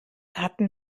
hatten